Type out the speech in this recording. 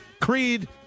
Creed